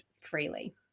freely